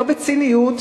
לא בציניות,